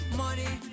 money